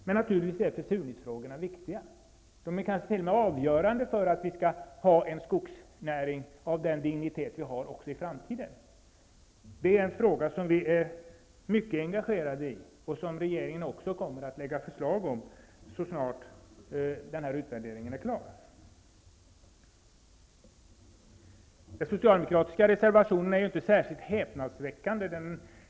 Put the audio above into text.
Försurningsfrågorna är naturligtvis viktiga, kanske t.o.m. avgörande, för att vi i framtiden skall kunna ha en skogsnäring av samma dignitet som vi nu har. Det är frågor som vi är mycket engagerade i och som regeringen kommer att lägga fram förslag om så snart utvärderingen är klar. Den socialdemokratiska reservationen är inte häpnadsväckande.